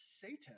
Satan